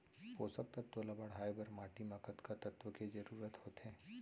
पोसक तत्व ला बढ़ाये बर माटी म कतका तत्व के जरूरत होथे?